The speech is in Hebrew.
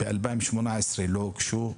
ב-2018 לא הוגשו,